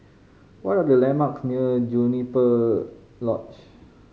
what are the landmarks near Juniper Lodge